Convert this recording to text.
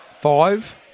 Five